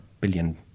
billion